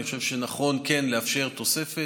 אני חושב שנכון לאפשר תוספת.